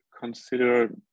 consider